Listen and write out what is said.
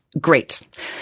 great